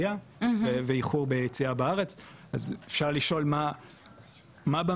אז אפשר לשאול מה במאפיינים של ענף הבניין מוביל לסיטואציה כזאת?